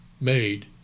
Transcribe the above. made